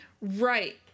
right